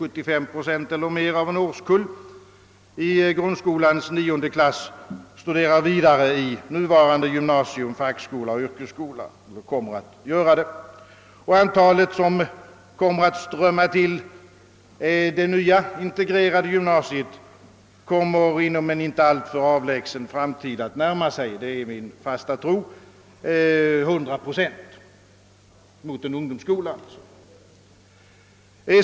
75 procent eller mer av en årskull i grundskolans 9:e klass studerar vidare i nuvarande gymnasium, fackskola och yrkesskola. Antalet elever som strömmar till det nya, integrerade gymnasiet kommer inom en inte alltför avlägsen framtid — det är min fasta tro — att närma sig 100 procent; vi går alltså mot en ungdomsskola.